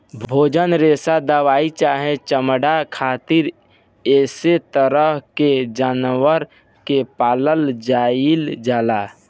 भोजन, रेशा दवाई चाहे चमड़ा खातिर ऐ तरह के जानवर के पालल जाइल जाला